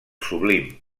sublim